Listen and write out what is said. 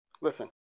listen